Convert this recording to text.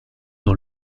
dans